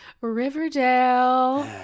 Riverdale